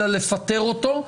אלא לפטר אותו,